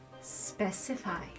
Specify